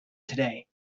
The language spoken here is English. today